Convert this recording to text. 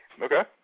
Okay